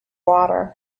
water